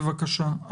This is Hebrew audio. בבקשה,